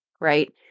right